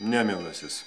ne mielasis